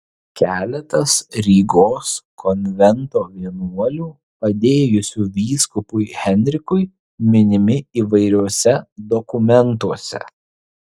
keletas rygos konvento vienuolių padėjusių vyskupui henrikui minimi įvairiuose dokumentuose